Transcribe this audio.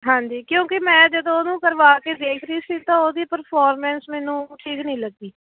ਹਾਂਜੀ ਕਿਉਂਕਿ ਮੈਂ ਜਦੋਂ ਉਹਨੂੰ ਕਰਵਾ ਕੇ ਦੇਖ ਰਹੀ ਸੀ ਤਾਂ ਉਹਦੀ ਪਰਫੋਰਮੈਂਸ ਮੈਨੂੰ ਠੀਕ ਨਹੀਂ ਲੱਗੀ